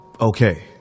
okay